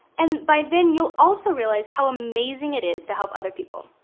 and by then you'll also realize how amazing it is to help other people.